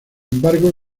embargo